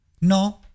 no